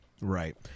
Right